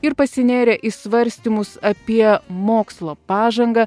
ir pasinėrė į svarstymus apie mokslo pažangą